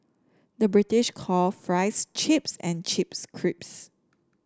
the British call fries chips and chips crisps